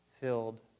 filled